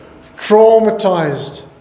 traumatized